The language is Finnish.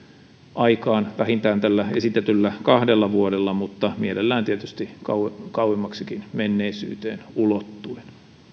aikaan vähintään tällä esitetyllä kahdella vuodella mutta mielellään myös kauemmaksikin menneisyyteen ulottuen